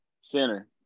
Center